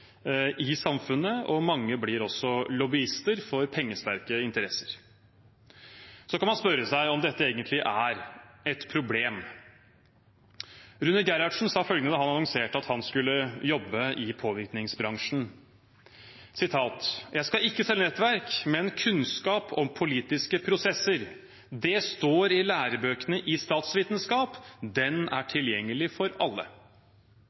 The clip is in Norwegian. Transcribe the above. i samfunnet, og mange blir også lobbyister for pengesterke interesser. Så kan man spørre seg om dette egentlig er et problem. Rune Gerhardsen sa følgende da han annonserte at han skulle jobbe i påvirkningsbransjen. «Jeg skal ikke selge nettverk, men kunnskap om politiske prosesser. Det står i lærebøkene i statsvitenskap, den er tilgjengelig for alle.»